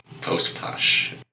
Post-posh